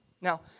Now